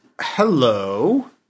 Hello